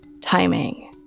Timing